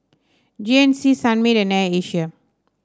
G N C Sunmaid and Air Asia